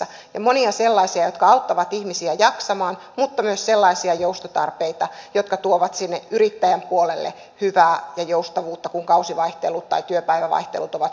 on monia sellaisia joustotarpeita jotka auttavat ihmisiä jaksamaan mutta myös sellaisia jotka tuovat sinne yrittäjän puolelle hyvää ja joustavuutta kun kausivaihtelut tai työpäivävaihtelut ovat suuria